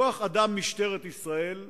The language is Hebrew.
כוח-אדם במשטרת ישראל,